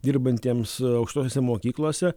dirbantiems aukštosiose mokyklose